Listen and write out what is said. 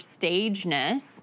stageness